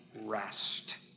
rest